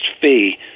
fee